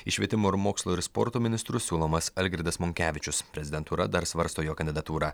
į švietimo ir mokslo ir sporto ministru siūlomas algirdas monkevičius prezidentūra dar svarsto jo kandidatūrą